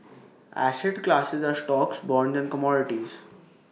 asset classes are stocks bonds and commodities